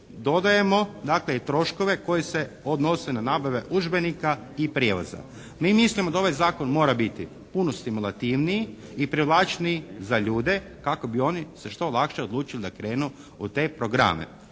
dakle, i troškove koji se odnose na nabave udžbenika i prijevoza. Mi mislimo da ovaj Zakon mora biti puno stimulativniji i privlačniji za ljude kako bi oni se što lakše odlučili da krenu u te programe.